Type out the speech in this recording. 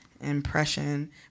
impression